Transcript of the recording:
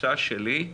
בתפיסה שלי,